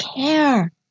care